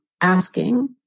asking